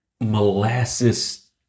molasses